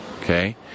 okay